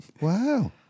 Wow